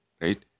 right